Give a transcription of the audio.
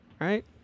right